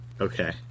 okay